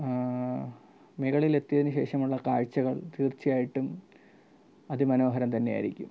മുകളിൽ എത്തിയതിന് ശേഷമുള്ള കാഴ്ചകൾ തീർച്ചയായിട്ടും അതിമനോഹരം തന്നെയായിരിക്കും